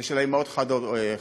זה של האימהות החד-הוריות.